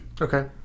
Okay